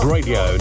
Radio